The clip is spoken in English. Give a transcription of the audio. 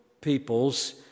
peoples